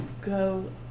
go